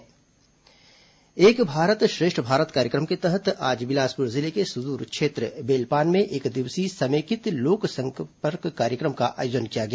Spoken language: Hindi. एक भारत श्रेष्ठ भारत एक भारत श्रेष्ठ भारत कार्यक्रम के तहत आज बिलासपुर जिले के सुदूर क्षेत्र बेलपान में एकदिवसीय समेकित लोकसंपर्क कार्यक्रम का आयोजन किया गया